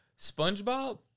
Spongebob